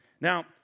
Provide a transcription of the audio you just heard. Now